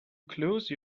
close